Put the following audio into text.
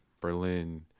Berlin